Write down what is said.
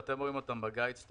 ואתם רואים אותם בגיידסטאר,